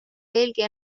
veelgi